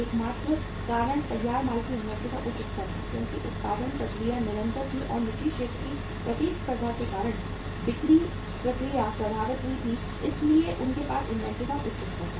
एकमात्र कारण तैयार माल की इन्वेंट्री का उच्च स्तर था क्योंकि उत्पादन प्रक्रिया निरंतर थी और निजी क्षेत्र से प्रतिस्पर्धा के कारण बिक्री प्रक्रिया प्रभावित हुई थी इसलिए उनके पास इन्वेंट्री का उच्च स्तर था